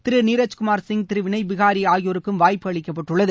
திரு நீரஜ்குமார் சிங் திரு வினய் பிகாரி ஆகியோருக்கும் வாய்ப்பு அளிக்கப்பட்டிருக்கிறது